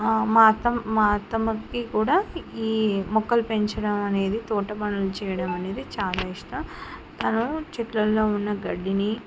మా అత్త మా అత్తమ్మకి కూడా ఈ మొక్కలు పెంచడం అనేది తోట పనులు చేయడం అనేది చాలా ఇష్టం తను చెట్లలో ఉన్న గడ్డిని